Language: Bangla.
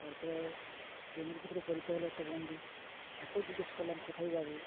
তার পরে ট্রেনের ভিতরে পরিচয় হলো একটা বন্ধু তাকেও জিজ্ঞেস করলাম কোথায় যাবে